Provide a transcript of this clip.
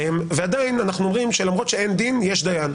ועדיין אנחנו אומרים שלמרות שאין דין יש דיין,